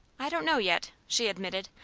i don't know, yet, she admitted,